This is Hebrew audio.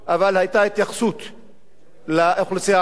אבל היתה התייחסות לאוכלוסייה הערבית.